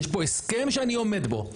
יש פה הסכם שאני עומד בו.